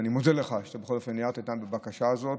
אני מודה לך, בכל אופן, שעניינת אותנו בבקשה הזאת.